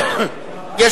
על מה?